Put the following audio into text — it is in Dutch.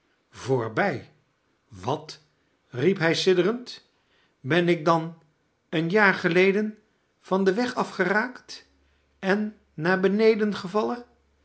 voorbij wat riep hij sidderend ben ik dan een jaar geleden van den weg afgeraakt en naar beneden gevallen